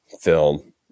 film